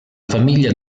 famiglia